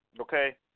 Okay